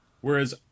Whereas